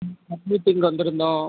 meeting வந்துருந்தோம்